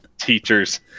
Teachers